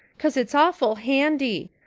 cause it's awful handy,